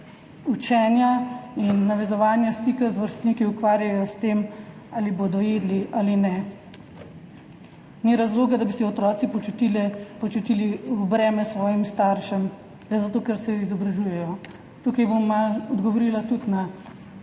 učenja in navezovanja stika z vrstniki ukvarjajo s tem, ali bodo jedli ali ne. Ni razloga, da bi se otroci počutili, počutili v breme svojim staršem zato, ker se izobražujejo. Tukaj bom malo odgovorila tudi na